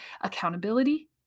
accountability